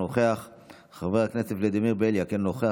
אינו נוכח,